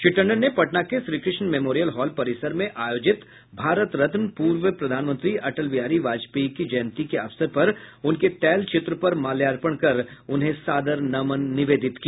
श्री टंडन ने पटना के Shrikrishna memorial hall परिसर में आयोजित भारतरत्न पूर्व प्रधानमंत्री अटल बिहारी वाजपेयी की जयन्ती के अवसर पर उनके तैल चित्र पर माल्यार्पण कर उन्हें सादर नमन निवेदित किया